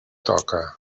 toca